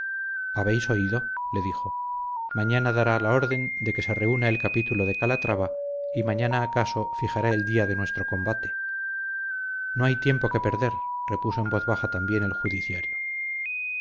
habéis oído le dijo mañana dará orden de que se reúna el capítulo de calatrava y mañana acaso fijará el día de nuestro combate no hay tiempo que perder repuso en voz baja también el judiciario